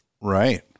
Right